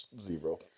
Zero